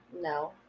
no